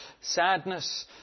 sadness